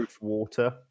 water